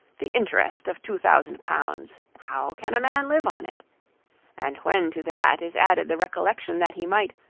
the interest of two thousand pounds how can a man live on it and when to that is added the recollection, that he might,